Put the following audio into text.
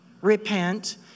Repent